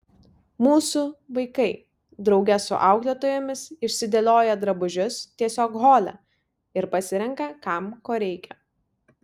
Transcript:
mūsų vaikai drauge su auklėtojomis išsidėlioja drabužius tiesiog hole ir pasirenka kam ko reikia